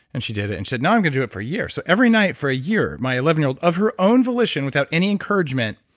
and she did it. and she said, now i'm going to do it for a year. so, every night for a year, my eleven year old, of her own volition, without any encouragement,